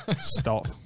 Stop